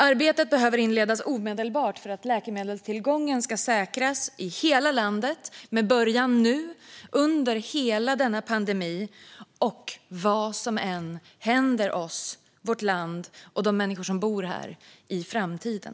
Arbetet behöver inledas omedelbart för att läkemedelstillgången ska säkras i hela landet, med början nu, under hela denna pandemi och vad som än händer oss, vårt land och de människor som bor här i framtiden.